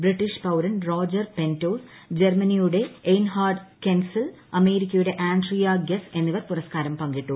British പൌരൻ Roger Penrose ജർമ്മനിയുടെ Reinhard Genzel അമേരിക്കയുടെ ആൻഡ്രിയ ഗെസ് എന്നിവർ പുരസ്കാരം പങ്കിട്ടു